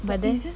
but then